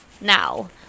Now